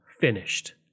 finished